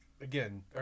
again